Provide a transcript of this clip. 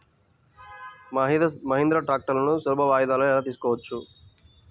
మహీంద్రా ట్రాక్టర్లను సులభ వాయిదాలలో ఎలా తీసుకోవచ్చు?